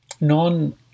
non